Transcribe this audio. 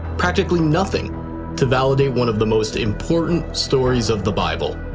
practically nothing to validate one of the most important stories of the bible.